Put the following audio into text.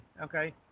okay